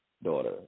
Daughter